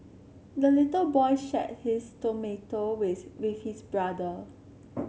the little boy shared his with with his brother